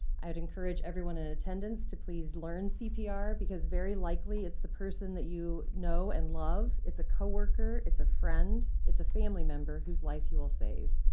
i would encourage everyone in and attendance to please learn cpr, because very likely it's the person that you know and love it's a co-worker, it's a friend, it's a family member whose life you will save.